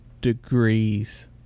degrees